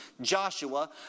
Joshua